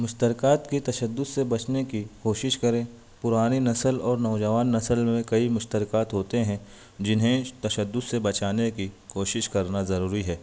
مشترکات کے تشدد سے بچنے کی کوشش کریں پرانی نسل اور نوجوان نسل میں کئی مشترکات ہوتے ہیں جنہیں تشدد سے بچانے کی کوشش کرنا ضروری ہے